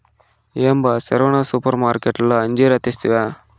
ఏం బా సెరవన సూపర్మార్కట్లో అంజీరా తెస్తివా